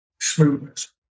smoothness